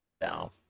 No